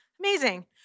amazing